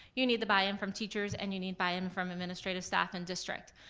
you need the buy-in from teachers, and you need buy-in from administrative staff and district.